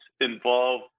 involve